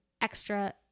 extra